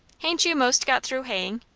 hain't you most got through haying?